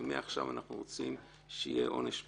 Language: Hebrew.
ומעכשיו אנחנו רוצים שיהיה עונש מוות.